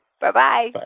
Bye-bye